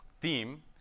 theme